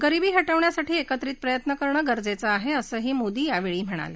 गरीबी हा विण्यासाठी एकत्रित प्रयत्न करणं गरजेचं आहे असंही मोदी यावेळी म्हणाले